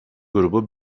grubu